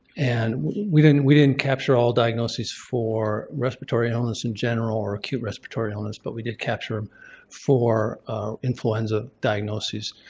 and we didn't we didn't capture all diagnoses for respiratory illness in general or acute respiratory illness, but we did capture four influenza diagnoses.